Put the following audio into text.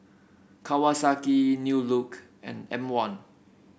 Kawasaki New Look and M one